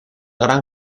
gran